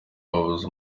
babuze